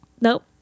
Nope